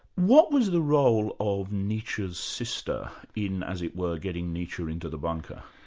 what was the role of nietzsche's sister in, as it were, getting nietzsche into the bunker?